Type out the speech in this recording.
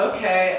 Okay